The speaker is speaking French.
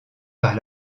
par